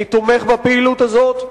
אני תומך בפעילות הזאת,